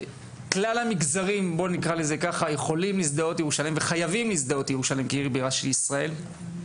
כלל המגזרים חייבים להזדהות עם ירושלים כעיר הבירה של מדינת ישראל.